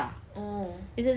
oh